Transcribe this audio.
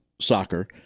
soccer